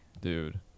Dude